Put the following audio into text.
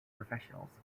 professionals